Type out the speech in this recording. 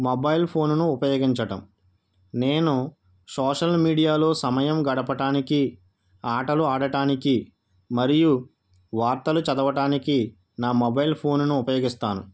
mobile ఫోన్ను ఉపయోగించడం నేను సోషల్ మీడియాలో సమయం గడపటానికి ఆటలు ఆడటానికి మరియు వార్తలు చదవటానికి నా మొబైల్ ఫోన్ను ఉపయోగిస్తాను